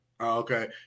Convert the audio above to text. Okay